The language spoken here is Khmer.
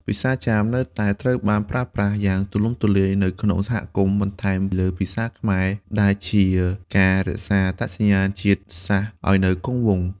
ភាសាចាមនៅតែត្រូវបានប្រើប្រាស់យ៉ាងទូលំទូលាយនៅក្នុងសហគមន៍ បន្ថែមលើភាសាខ្មែរ ដែលជាការរក្សាអត្តសញ្ញាណជាតិសាសន៍ឱ្យនៅគង់វង្ស។